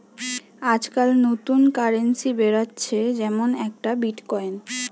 আজকাল নতুন কারেন্সি বেরাচ্ছে যেমন একটা বিটকয়েন